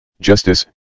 Justice